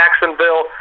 Jacksonville